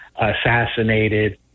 assassinated